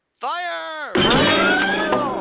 Fire